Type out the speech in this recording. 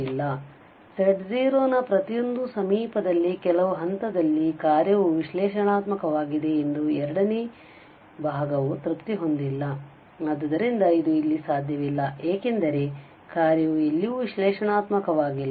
ಆದ್ದರಿಂದ z0 ನ ಪ್ರತಿಯೊಂದು ಸಮೀಪದಲ್ಲಿ ಕೆಲವು ಹಂತದಲ್ಲಿ ಕಾರ್ಯವು ವಿಶ್ಲೇಷಣಾತ್ಮಕವಾಗಿದೆ ಎಂದು ಎರಡನೇ ಭಾಗವು ತೃಪ್ತಿ ಹೊಂದಿಲ್ಲ ಆದ್ದರಿಂದ ಇದು ಇಲ್ಲಿ ಸಾಧ್ಯವಿಲ್ಲ ಏಕೆಂದರೆ ಕಾರ್ಯವು ಎಲ್ಲಿಯೂ ವಿಶ್ಲೇಷಣಾತ್ಮಕವಾಗಿಲ್ಲ